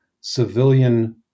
civilian